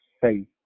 faith